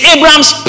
Abraham's